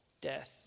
Death